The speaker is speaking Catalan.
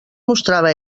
mostrava